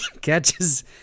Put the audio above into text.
catches